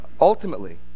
ultimately